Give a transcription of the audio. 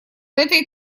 этой